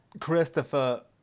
christopher